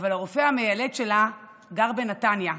אבל הרופא המיילד שלה גר בנתניה,